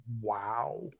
wow